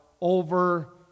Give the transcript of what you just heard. over